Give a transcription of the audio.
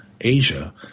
Asia